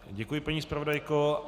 Děkuji, paní zpravodajko.